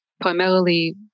primarily